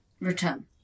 Return